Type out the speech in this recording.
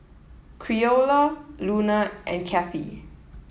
Creola Luna and Cathy